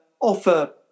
offer